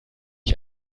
ich